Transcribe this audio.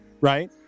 right